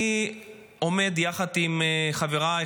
אני עומד יחד עם חבריי,